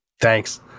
Thanks